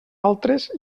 altres